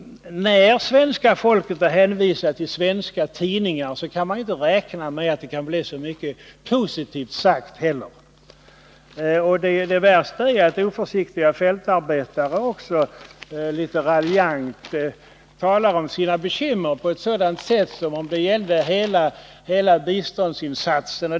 När svenska folket är hänvisat till svenska tidningar kan man inte räkna med att få särskilt mycket av positiv information. Det värsta är att oförsiktiga fältarbetare litet raljant talar om sina bekymmer och på ett sådant sätt som om det gällde hela biståndsinsatsen.